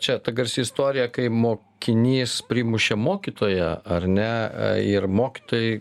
čia ta garsi istorija kai mokinys primušė mokytoją ar ne ir mokytojai